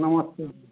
नमस्कार